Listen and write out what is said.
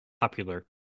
popular